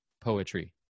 poetry